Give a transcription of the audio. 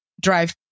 drive